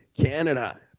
Canada